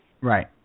Right